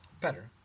better